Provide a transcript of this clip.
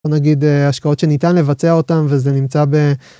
נגיד ההשקעות שניתן לבצע אותן וזה נמצא ב.